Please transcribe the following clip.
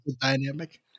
dynamic